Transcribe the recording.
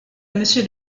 monsieur